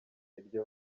iryo